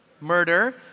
murder